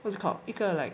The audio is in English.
what is it called 一个 like